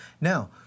Now